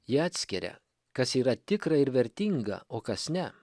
ji atskiria kas yra tikra ir vertinga o kas ne